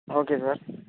okay sir